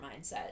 mindset